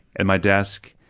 and my desk,